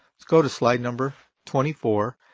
let's go to slide number twenty four,